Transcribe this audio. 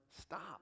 stop